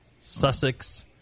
Sussex